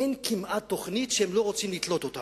אין כמעט תוכנית שהם לא רוצים לתלות אותנו.